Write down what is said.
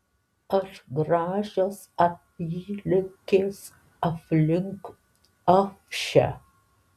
ar gražios apylinkės aplink apšę